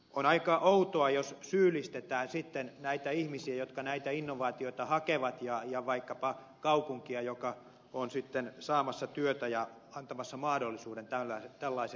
on aika outoa jos sitten syyllistetään ihmisiä jotka näitä innovaatioita hakevat ja vaikkapa kaupunkia joka on sitten saamassa työtä ja antamassa mahdollisuuden tällaiselle teollisuudelle